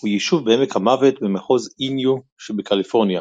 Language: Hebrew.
הוא יישוב בעמק המוות במחוז איניו שבקליפורניה.